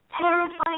terrifying